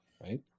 Right